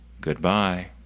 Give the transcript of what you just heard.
Goodbye